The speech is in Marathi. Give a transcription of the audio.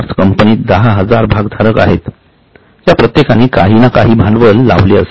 कंपनीत 10000 भागधारक आहेत त्यां प्रत्येकानी काही ना काही भांडवल लावले असेल